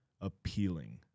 appealing